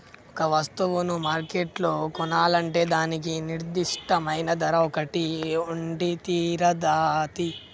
ఒక వస్తువును మార్కెట్లో కొనాలంటే దానికి నిర్దిష్టమైన ధర ఒకటి ఉండితీరతాది